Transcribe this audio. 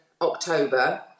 October